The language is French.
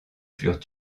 furent